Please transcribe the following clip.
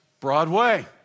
Broadway